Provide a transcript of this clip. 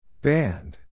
Band